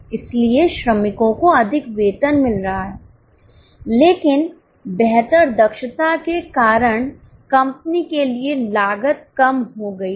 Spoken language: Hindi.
इसलिए श्रमिकों को अधिक वेतन मिल रहा है लेकिन बेहतर दक्षता के कारण कंपनी के लिए लागत कम हो गई है